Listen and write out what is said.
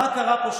מה קרה פה.